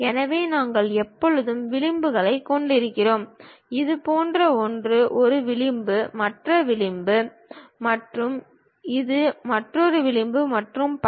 எனவே நாங்கள் எப்போதும் விளிம்புகளைக் கொண்டிருக்கிறோம் இது போன்ற ஒன்று ஒரு விளிம்பு மற்ற விளிம்பு மற்றும் இது மற்றொரு விளிம்பு மற்றும் பல